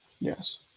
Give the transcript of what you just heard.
Yes